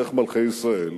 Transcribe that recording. דרך מלכי ישראל,